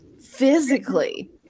physically